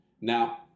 Now